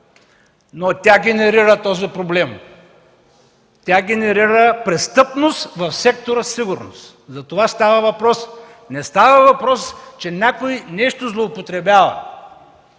но тя генерира този проблем. Тя генерира престъпност в сектора „Сигурност”. Затова става въпрос, а не става въпрос, че някой нещо злоупотребява